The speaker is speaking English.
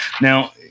now